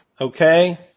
okay